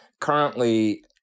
currently